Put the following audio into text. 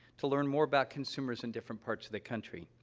to learn more about consumers in different parts of the country.